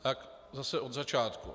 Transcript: Tak zase od začátku.